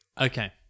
Okay